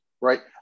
right